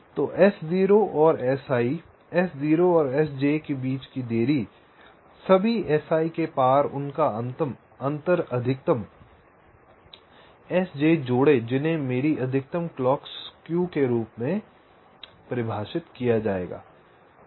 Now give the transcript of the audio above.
तो S0 और Si S0 और Sj के बीच की देरी सभी Si के पार उनका अंतर अधिकतम Sj जोड़े जिन्हें मेरी अधिकतम क्लॉक स्क्यू के रूप में परिभाषित किया जाएगा